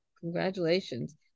congratulations